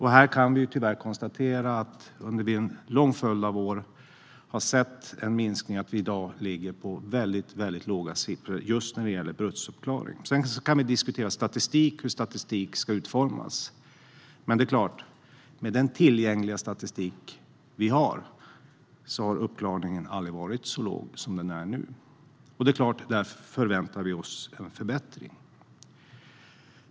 Här kan vi tyvärr konstatera att vi under en lång följd av år har sett en minskning och att vi i dag ligger på väldigt låga siffror när det gäller just brottsuppklaring. Sedan kan vi diskutera statistik och hur statistik ska utformas, men enligt den statistik vi har tillgänglig har uppklaringen aldrig varit så låg som den är nu. Därför förväntar vi oss såklart en förbättring.